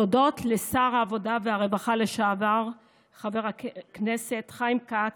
תודות לשר העבודה והרווחה לשעבר חבר הכנסת חיים כץ,